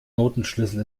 notenschlüssel